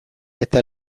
eta